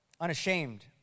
unashamed